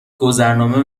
گذرنامه